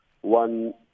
one